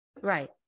right